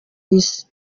isi